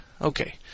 Okay